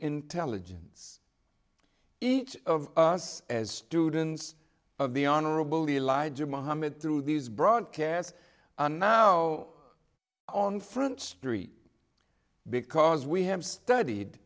intelligence each of us as students of the honorable elijah mohammed through these broadcasts now on front street because we have studied